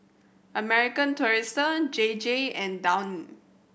American Tourister J J and Downy